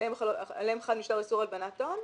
עליהם חל משטר איסור הלבנת הון,